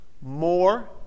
more